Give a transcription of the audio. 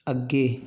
ਅੱਗੇ